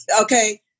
Okay